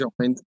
Joined